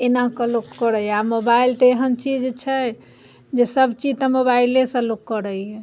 एनाके लोक करैए आओर मोबाइल तऽ एहन चीज छै जे सबचीज तऽ मोबाइलेसँ लोक करैए